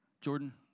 Jordan